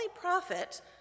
prophet